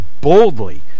boldly